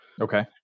Okay